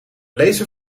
lezer